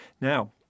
Now